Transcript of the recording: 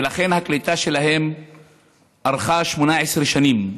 ולכן הקליטה שלהם ארכה 18 שנים.